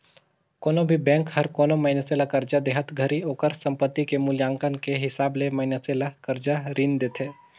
कोनो भी बेंक हर कोनो मइनसे ल करजा देहत घरी ओकर संपति के मूल्यांकन के हिसाब ले मइनसे ल करजा रीन देथे